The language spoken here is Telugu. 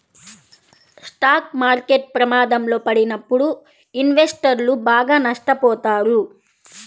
స్టాక్ మార్కెట్ ప్రమాదంలో పడినప్పుడు ఇన్వెస్టర్లు బాగా నష్టపోతారు